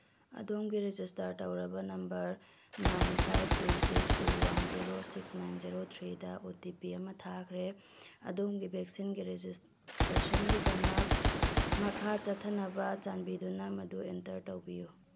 ꯑꯗꯣꯝꯒꯤ ꯔꯦꯖꯤꯁꯇꯔ ꯇꯧꯔꯕ number nine five two six two one zero six nine zero ꯊ꯭ꯔꯤꯗ O T P ꯑꯃ ꯊꯥꯈ꯭ꯔꯦ ꯑꯗꯣꯝꯒꯤ ꯚꯦꯛꯁꯤꯟꯒꯤ ꯔꯦꯖꯤꯁꯇ꯭ꯔꯦꯁꯟꯒꯤꯗꯃꯛ ꯃꯈꯥ ꯆꯠꯊꯅꯕ ꯆꯥꯟꯤꯗꯨꯅ ꯃꯗꯨ ꯑꯦꯟꯇꯔ ꯇꯧꯕꯤꯌꯨ